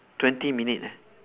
twenty minute eh